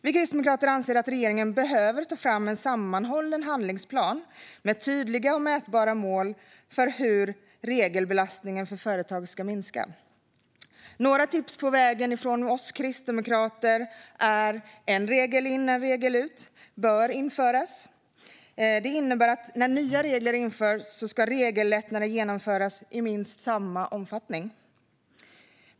Vi kristdemokrater anser att regeringen behöver ta fram en sammanhållen handlingsplan med tydliga och mätbara mål för hur regelbelastningen för företag ska minska. Några tips på vägen från oss kristdemokrater är: En regel in, en regel ut, bör införas. Det innebär att när nya regler införs ska regellättnader genomföras i minst samma omfattning.